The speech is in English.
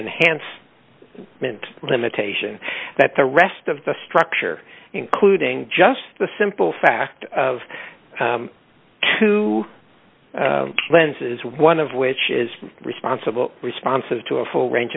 enhanced meant limitation that the rest of the structure including just the simple fact of two lenses one of which is responsible responses to a full range